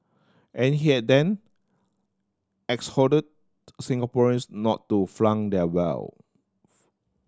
and here then exhorted Singaporeans not to flaunt their wealth